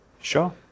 Sure